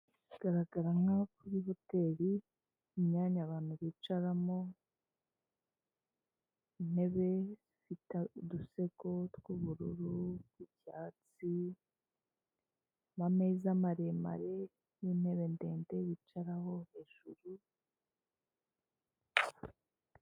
Bigaragara nkaho kuri hoteri imyanya abantu bicaramo, intebe ifite udusego tw'ubururu tw'icyatsi, n'ameza maremare n'intebe ndende bicaraho hejuru.